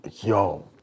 yo